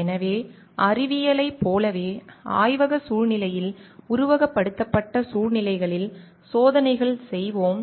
எனவே அறிவியலைப் போலவே ஆய்வக சூழ்நிலைகளில் உருவகப்படுத்தப்பட்ட சூழ்நிலைகளில் சோதனைகள் செய்வோம்